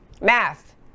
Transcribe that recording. Math